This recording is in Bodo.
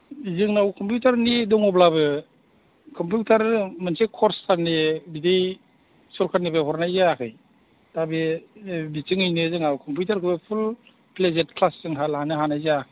जोंनाव कम्पिउटारनि दङब्लाबो कम्पिउटार मोनसे कर्सथारनि बिदि सरकारनिफ्राय हरनाय जायाखै दा बे बिथिङैनो जोंहा कम्पिउटारखौ फुल प्लेजेट क्लास जोहा लानो हानाय जायाखै